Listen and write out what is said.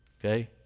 Okay